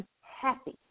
happy